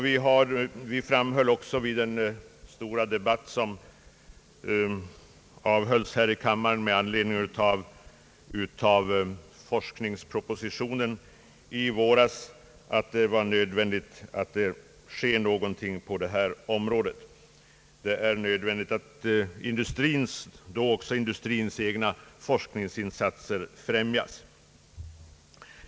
Vi framhöll också vid den stora debatt, som hölls här i kammaren med anledning av forskningspropositionen i våras, att det är nödvändigt att något sker på detta område. Det är då också nödvändigt att industrins egna forskningsinsatser främjas.